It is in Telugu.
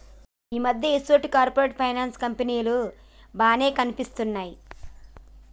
ఈ మధ్య ఈసొంటి కార్పొరేట్ ఫైనాన్స్ కంపెనీలు బానే కనిపిత్తున్నయ్